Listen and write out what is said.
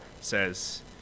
says